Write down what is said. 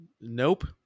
Nope